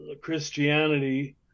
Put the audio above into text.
Christianity